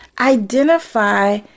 Identify